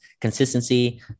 consistency